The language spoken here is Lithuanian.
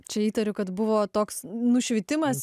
čia įtariu kad buvo toks nušvitimas